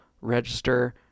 register